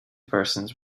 persons